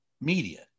media